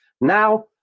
Now